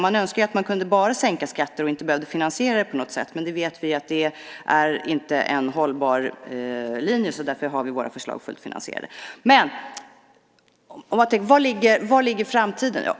Man önskar att man bara kunde sänka skatter och inte behövde finansiera det på något sätt. Men vi vet att det inte är en hållbar linje, och därför har vi våra förslag fullt finansierade. Var ligger framtiden?